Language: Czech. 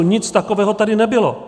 Nic takového tady nebylo.